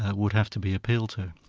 and would have to be appealed to.